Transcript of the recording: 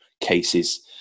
cases